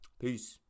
peace